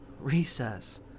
recess